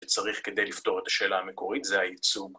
‫שצריך כדי לפתור את השאלה ‫המקורית, זה הייצוג.